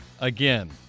again